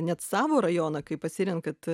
net savo rajoną kaip pasirenkat